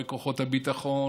בכוחות הביטחון,